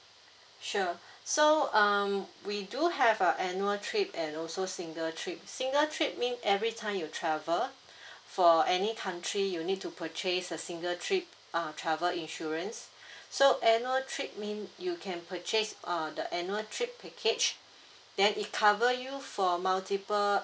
sure so um we do have a annual trip and also single trip single trip mean every time you travel for any country you need to purchase a single trip err travel insurance so annual trip mean you can purchase err the annual trip package then it cover you for multiple